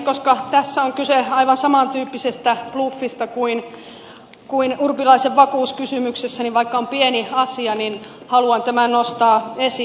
koska tässä on kyse aivan samantyyppisestä bluffista kuin urpilaisen vakuuskysymyksessä niin vaikka on pieni asia niin haluan tämän nostaa esiin